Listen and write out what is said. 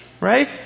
Right